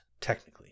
technically